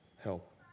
help